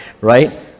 right